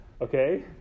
Okay